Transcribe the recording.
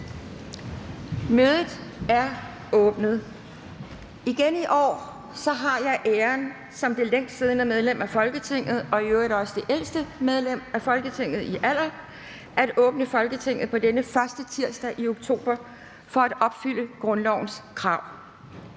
Mødet er åbnet. Igen i år har jeg æren af som det længst siddende medlem af Folketinget – og i øvrigt også det ældste medlem af Folketinget – at åbne Folketinget på denne første tirsdag i oktober for at opfylde grundlovens krav.